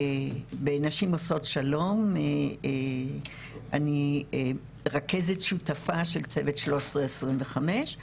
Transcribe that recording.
בנשים עושות שלום אני רכזת שותפה של צוות 1325,